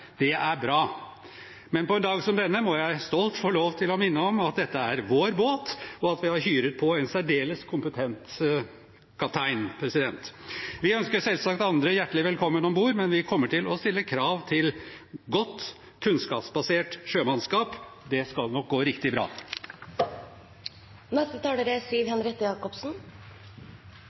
Det er bra. Men på en dag som denne må jeg stolt få lov til å minne om at dette er vår båt, og at vi har hyret på en særdeles kompetent kaptein. Vi ønsker selvsagt andre hjertelig velkommen om bord, men vi kommer til å stille krav til godt, kunnskapsbasert sjømannskap. Det skal nok gå riktig bra. Dette er